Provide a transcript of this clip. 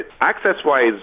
Access-wise